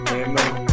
amen